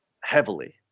heavily